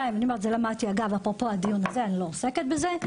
למדתי את זה אפרופו הדיון הזה, אני לא עוסקת בזה,